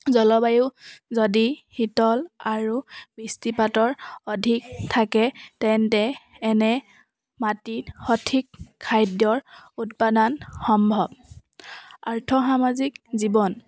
জলবায়ু যদি শীতল আৰু বৃষ্টিপাতৰ অধিক থাকে তেন্তে এনে মাটিত সঠিক খাদ্যৰ উৎপাদন সম্ভৱ আৰ্থ সামাজিক জীৱন